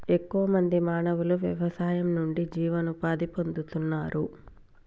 ఎక్కువ మంది మానవులు వ్యవసాయం నుండి జీవనోపాధి పొందుతున్నారు